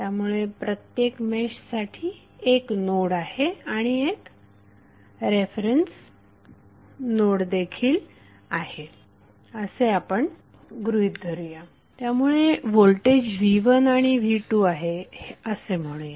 त्यामुळे प्रत्येक मेशसाठी एक नोड आहे आणि एक रेफरन्स नोड देखील आहे असं आपण गृहीत धरु त्यामुळे व्होल्टेज v1 आणि v2 आहे असे म्हणूया